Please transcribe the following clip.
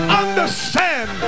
understand